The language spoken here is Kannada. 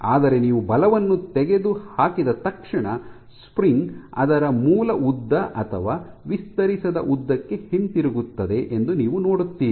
ಆದರೆ ನೀವು ಬಲವನ್ನು ತೆಗೆದುಹಾಕಿದ ತಕ್ಷಣ ಸ್ಪ್ರಿಂಗ್ ಅದರ ಮೂಲ ಉದ್ದ ಅಥವಾ ವಿಸ್ತರಿಸದ ಉದ್ದಕ್ಕೆ ಹಿಂತಿರುಗುತ್ತದೆ ಎಂದು ನೀವು ನೋಡುತ್ತೀರಿ